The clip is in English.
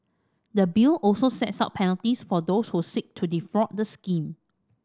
the Bill also sets out penalties for those who seek to defraud the scheme